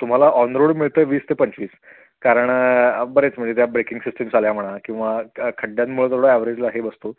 तुम्हाला on road मिळतं वीस ते पंचवीस कारण बरेच म्हणजे त्या ब्रेकिंग सिस्टम झाल्या म्हणा किंवा खड्ड्यांमुळं थोडं ॲव्हेजला हे बसतं